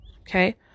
Okay